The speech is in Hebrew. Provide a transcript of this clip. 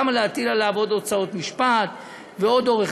למה להטיל עליו עוד הוצאות משפט ועוד עורך